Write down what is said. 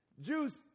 Jews